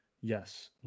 Yes